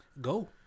Go